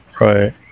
Right